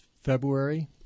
February